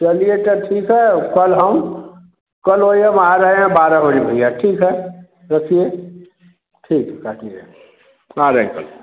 चलिए तो ठीक है और कल हम कल वही हम आ रहे हैं बारह बजे भैया ठीक है रखिए ठीक है काटिए आ रहें कल